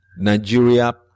Nigeria